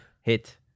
hit